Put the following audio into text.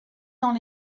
dans